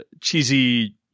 cheesy